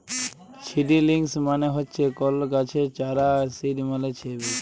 seedlings মানে হচ্যে কল গাছের চারা আর সিড মালে ছে বীজ